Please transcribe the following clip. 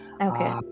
Okay